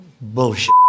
bullshit